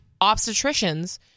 obstetricians